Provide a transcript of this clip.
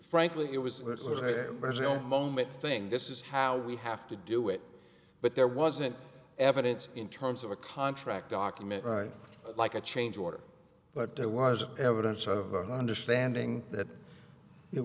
frankly it was present moment thing this is how we have to do it but there wasn't evidence in terms of a contract document like a change order but there was evidence of understanding that it